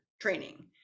training